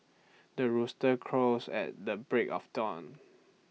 the rooster crows at the break of dawn